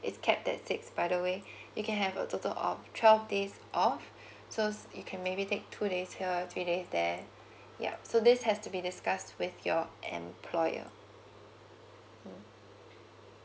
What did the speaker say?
it's cap at six by the way you can have a total of twelve days off so you can maybe take two days here three days there yup so this has to be discussed with your employer mm